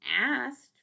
asked